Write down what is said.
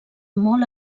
molt